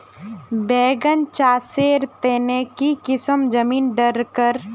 बैगन चासेर तने की किसम जमीन डरकर?